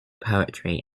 poetry